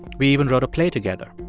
we even wrote a play together.